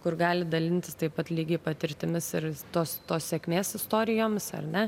kur gali dalintis taip pat lygiai patirtimis ir tos tos sėkmės istorijomis ar ne